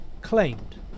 claimed